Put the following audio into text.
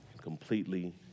completely